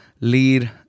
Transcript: lead